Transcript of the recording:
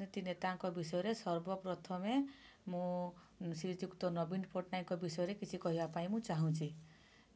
ରାଜନୀତି ନେତାଙ୍କ ବିଷୟରେ ସର୍ବ ପ୍ରଥମେ ମୁଁ ଶ୍ରୀଯୁକ୍ତ ନବୀନ ପଟ୍ଟନାୟକଙ୍କ ବିଷୟରେ କିଛି କହିବା ପାଇଁ ମୁଁ ଚାହୁଁଛି